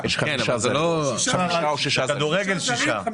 בכדורגל שישה.